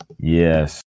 Yes